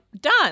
done